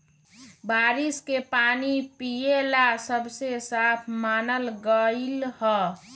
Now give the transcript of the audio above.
बारिश के पानी पिये ला सबसे साफ मानल गेलई ह